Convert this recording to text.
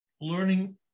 learning